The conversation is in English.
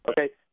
Okay